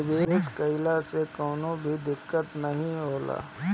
निवेश कइला मे कवनो भी दिक्कत नाइ होला